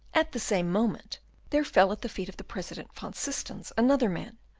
at the same moment there fell at the feet of the president van systens another man,